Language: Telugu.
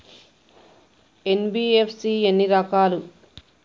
ఎన్.బి.ఎఫ్.సి ఎన్ని రకాలు?